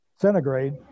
centigrade